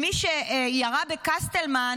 עם מי שירה בקסטלמן,